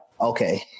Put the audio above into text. okay